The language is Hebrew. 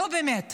נו, באמת.